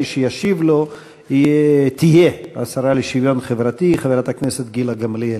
מי שתשיב לו תהיה השרה לשוויון חברתי חברת הכנסת גילה גמליאל.